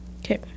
Okay